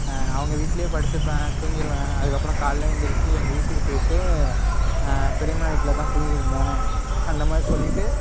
அவங்க வீட்லேயே படுத்துப்பேன் தூங்கிடுவேன் அதுக்கப்புறம் காலையில் எழுந்திரிச்சு எங்கள் வீட்டுக்கு போயிட்டு பெரிம்மா வீட்டில் தான் தூங்கிட்ருந்தேன் அந்தமாதிரி சொல்லிவிட்டு